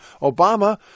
Obama